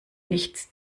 nichts